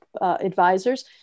advisors